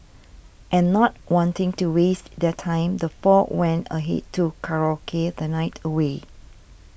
and not wanting to waste their time the four went ahead to karaoke the night away